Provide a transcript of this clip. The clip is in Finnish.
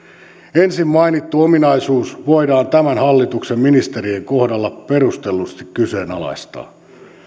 ensin mainittu ominaisuus voidaan tämän hallituksen ministerien kohdalla perustellusti kyseenalaistaa